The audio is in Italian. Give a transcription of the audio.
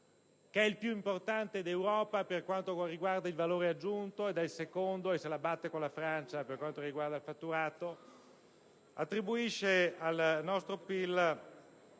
Paese, il più importante d'Europa per il valore aggiunto e secondo - se la batte con la Francia - per quanto riguarda il fatturato, attribuisce al nostro PIL